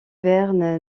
verne